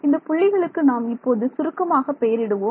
இந்தப் புள்ளிகளுக்கு நாம் இப்போது சுருக்கமாக பெயரிடுவோம்